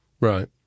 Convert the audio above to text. Right